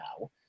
now